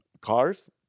Cars